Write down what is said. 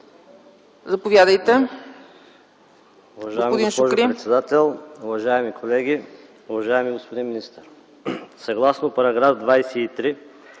Заповядайте,